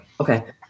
Okay